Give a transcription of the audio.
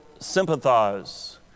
sympathize